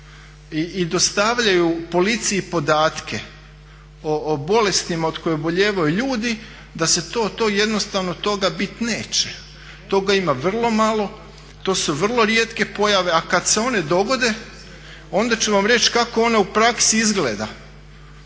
i dostavljaju policiji podatke o bolestima od kojih obolijevaju ljudi da se to jednostavno, toga bit neće. Toga ima vrlo malo, to su vrlo rijetke pojave, a kad se one dogode onda ću vam reći kako one u praksi izgleda.